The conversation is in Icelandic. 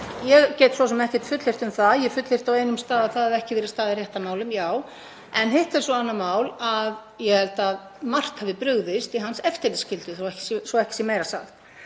þá get ég svo sem ekkert fullyrt um það. Ég fullyrti á einum stað að það hafi ekki verið staðið rétt að málum, já. En hitt er svo annað mál að ég held að margt hafi brugðist í hans eftirlitsskyldu svo ekki sé meira sagt.